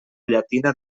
llatina